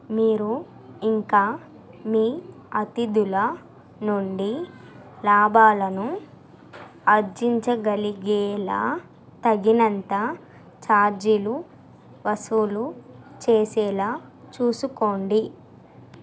మీరు ఇంకా మీ అతిథుల నుండి లాభాలను అర్జించగలిగేలా తగినంత ఛార్జీలు వసూలు చేసేలా చూసుకోండి